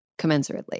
commensurately